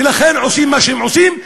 ולכן הם עושים מה שהם עושים,